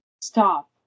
Stop